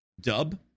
Dub